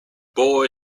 boy